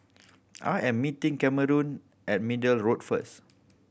I am meeting Cameron at Middle Road first